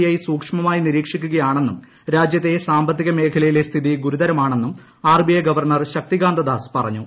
I സൂക്ഷ്മമായി നിരീക്ഷിക്കുകയാണെന്നും രാജ്യത്തെ സാമ്പത്തിക മേഖലയിലെ സ്ഥിതി ഗുരുതരമാണെന്നും ആർബിഐ ഗവർണർ ശക്തികാന്ത ദാസ് പറഞ്ഞു